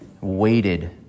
waited